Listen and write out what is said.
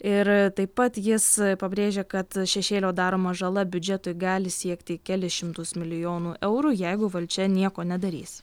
ir taip pat jis pabrėžia kad šešėlio daroma žala biudžetui gali siekti kelis šimtus milijonų eurų jeigu valdžia nieko nedarys